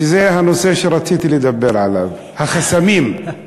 שזה הנושא שרציתי לדבר עליו, החסמים.